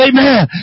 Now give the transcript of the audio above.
Amen